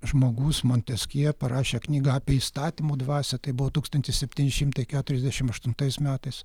žmogus monteskjė parašė knygą apie įstatymų dvasią tai buvo tūkstantis septyni šimtai keturiasdešimt aštuntais metais